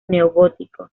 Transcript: neogótico